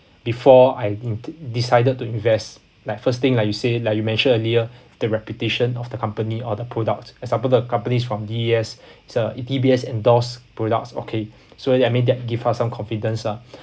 before I in~ decided to invest like first thing like you say like you mentioned earlier the reputation of the company or the product example the companies from D_B_S is a D_B_S endorsed products okay so I mean that give us some confidence lah